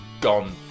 gone